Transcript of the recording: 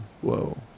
whoa